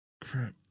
Crap